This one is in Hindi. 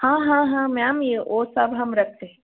हाँ हाँ हाँ मैम ये वो सब हम रखते हैं